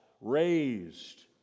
raised